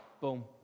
Boom